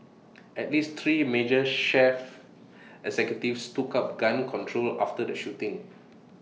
at least three major chief executives took up gun control after the shooting